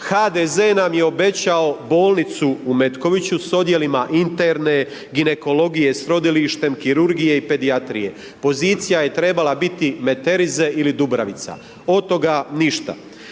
HDZ nam je obećao bolnicu u Metkoviću s odjelima interne, ginekologije s rodilištem, kirurgije i pedijatrije. Pozicija je trebala biti Meterize ili Dubravica, od toga ništa.